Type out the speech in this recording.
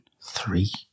three